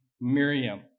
Miriam